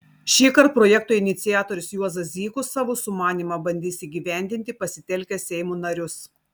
šįkart projekto iniciatorius juozas zykus savo sumanymą bandys įgyvendinti pasitelkęs seimo narius